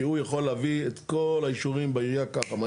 כי הוא יכול להביא את כל האישורים בעירייה ככה,